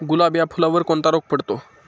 गुलाब या फुलावर कोणता रोग पडतो?